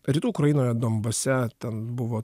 rytų ukrainoje donbase ten buvo